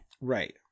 right